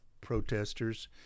protesters